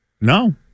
No